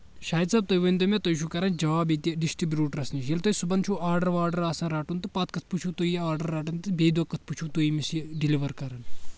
شاہِد صٲب تُہۍ ؤنۍ تَو مےٚ تُہۍ چھُو کَرَان جاب ییٚتہِ ڈِسٹِرٛبوٗٹس نِش ییٚلہِ تۄہہِ صُبحن چھُ آرڈر واڈَر آسَان رَٹُن تہٕ پَتہٕ کَتھۍ پٲٹھۍ چھِ تُہۍ یہِ آرڈَر رَٹان تہٕ بیٚیہِ دۄہ کَتھ پٲٹھۍ چھِ تُہۍ أمِس یہِ ڈیٚلِوَر کَرُن